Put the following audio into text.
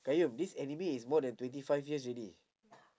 qayyum this anime is more than twenty five years already